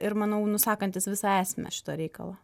ir manau nusakantis visą esmę šito reikalo